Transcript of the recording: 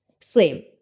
Slim